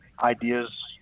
ideas